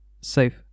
safe